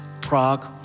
Prague